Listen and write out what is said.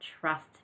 trust